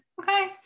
okay